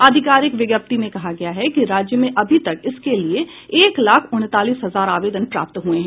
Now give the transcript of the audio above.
आधिकारिक विज्ञप्ति में कहा गया है कि राज्य में अभी तक इसके लिये एक लाख उनतालीस हजार आवेदन प्राप्त हुये हैं